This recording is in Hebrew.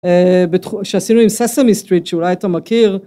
שעשינו עם Sesame Street שאולי אתה מכיר